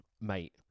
mate